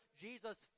Jesus